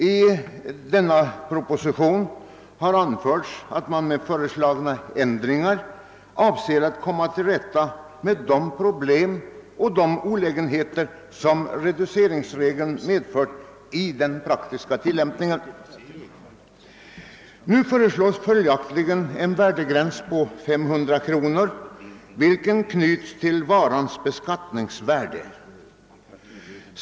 I propositionen har anförts att man med föreslagna ändringar avser att komma till rätta med de problem och olägenheter som reduceringsregeln medfört i den praktiska tillämpningen. Nu föreslås följaktligen en värdegräns på 500 kronor, vilken anknyts till va rans beskattningsvärde.